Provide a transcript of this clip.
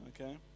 okay